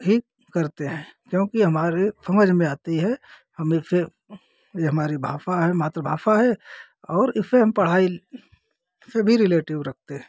ही करते हैं क्योंकि हमारी समझ में आती है हम इससे यह हमारी भाषा है मातृभाषा है और इसे हम पढ़ाई से भी रिलेटिव रखते हैं